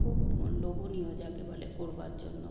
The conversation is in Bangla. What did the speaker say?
খুব লোভনীয় যাকে বলে করবার জন্য